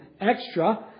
extra